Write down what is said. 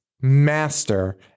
master